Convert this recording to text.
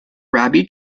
rabbi